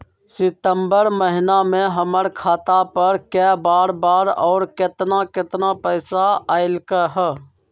सितम्बर महीना में हमर खाता पर कय बार बार और केतना केतना पैसा अयलक ह?